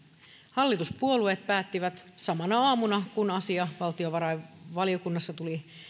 hallituspuolueet päättivät samana aamuna kun asia valtiovarainvaliokunnassa tuli